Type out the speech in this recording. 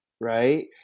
right